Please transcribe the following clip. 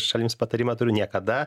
šalims patarimą turiu niekada